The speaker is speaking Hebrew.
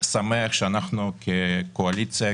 שאנו כקואליציה,